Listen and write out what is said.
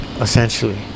essentially